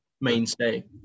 mainstay